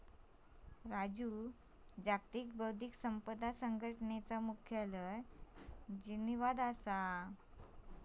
राजू जागतिक बौध्दिक संपदा संघटनेचा मुख्यालय जिनीवात असा